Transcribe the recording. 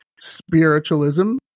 spiritualism